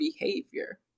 behavior